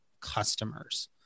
customers